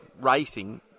racing